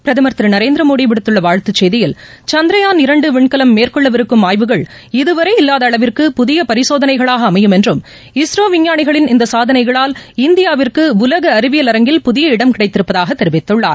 பிரதமர் திருநரேந்திரமோடிவிடுத்துள்ளவாழ்த்தசெய்தியில் சந்திரயான் இரண்டுவிண்கலம் மேற்கொள்ளவிருக்கும் ஆய்வுகள் இதுவரை இல்லாதஅளவிற்கு புதியபரிசோதனைகளாகஅமையும் என்றும் இஸ்ரோவிஞ்ஞானிகளின் இந்தசாதளைகளால் இந்தியாவிற்குஉலகஅறிவியல் அரங்கில் புதிய இடம் கிடைத்திருப்பதாகதெரிவித்துள்ளார்